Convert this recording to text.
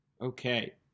Okay